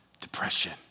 depression